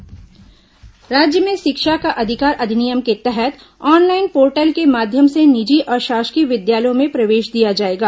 शिक्षा का अधिकार राज्य में शिक्षा का अधिकार अधिनियम के तहत ऑनलाईन पोर्टल के माध्यम से निजी अशासकीय विद्यालयों में प्रवेश दिया जाएगा